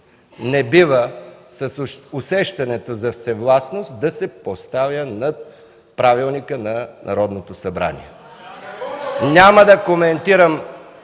не бива с усещането за всевластност да се поставя над правилника на Народното събрание. (Реплики